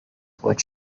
what